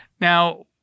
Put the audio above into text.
Now